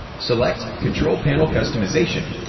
select control panel customization,